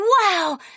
Wow